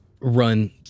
run